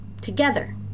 together